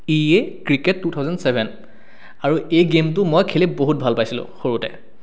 ই two thousand seven আৰু এই গেমটো মই খেলি বহুত ভাল পাইছিলোঁ সৰুতে